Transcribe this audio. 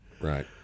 Right